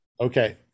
Okay